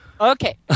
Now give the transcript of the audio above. Okay